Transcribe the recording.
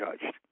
judged